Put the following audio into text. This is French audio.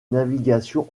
navigation